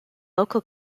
local